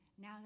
now